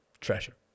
treasure